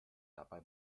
dabei